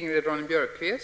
inte diskutera.